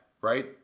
Right